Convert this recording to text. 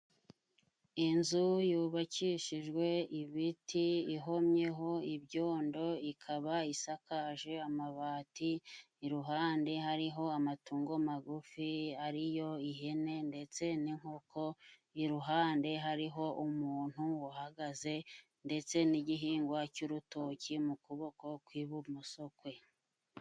Inzu yubakishijwe ibiti ihomyeho ibyondo ikaba isakaje amabati, iruhande hariho amatungo magufi ariyo ihene ndetse n'inkoko, iruhande hariho umuntu uhagaze ndetse n'igihingwa cy'urutoki mu kuboko kw'ibumoso kwe.